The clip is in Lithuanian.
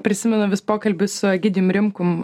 prisimenu vis pokalbius su egidijum rimkum